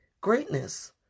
greatness